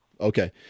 Okay